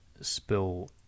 spill